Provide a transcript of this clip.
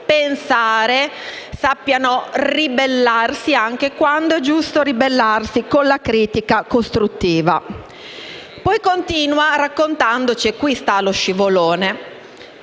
Poi continua raccontandoci - e qui sta lo scivolone